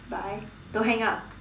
bye don't hang up